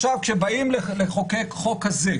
כשבאים לחוקק חוק כזה,